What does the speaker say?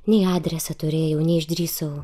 nei adresą turėjau nei išdrįsau